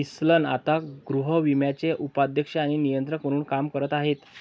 Wilson आता गृहविम्याचे उपाध्यक्ष आणि नियंत्रक म्हणून काम करत आहेत